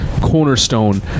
cornerstone